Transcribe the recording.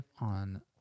on